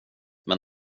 men